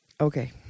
Okay